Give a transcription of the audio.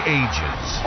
ages